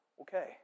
okay